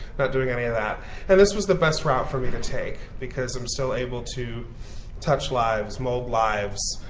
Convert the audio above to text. not doing any of that and this was the best route for me to take because i'm still able to touch lives, mould lives,